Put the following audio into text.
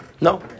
No